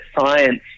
science